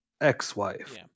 ex-wife